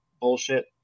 bullshit